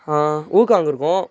ஊக்காங் இருக்கும்